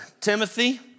Timothy